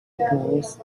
knows